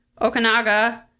Okanaga